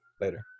later